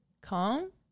calm